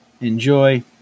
Enjoy